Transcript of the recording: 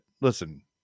listen